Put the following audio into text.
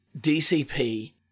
DCP